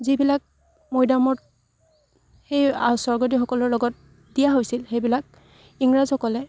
যিবিলাক মৈদামত সেই স্বৰ্গদেউসকলৰ লগত দিয়া হৈছিল সেইবিলাক ইংৰাজসকলে